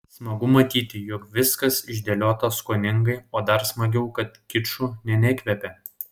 smagu matyti jog viskas išdėliota skoningai o dar smagiau kad kiču nė nekvepia